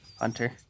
Hunter